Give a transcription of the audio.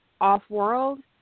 off-world